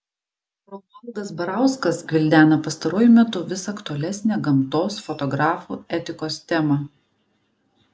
romualdas barauskas gvildena pastaruoju metu vis aktualesnę gamtos fotografų etikos temą